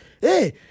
hey